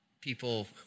people